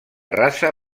raça